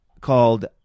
called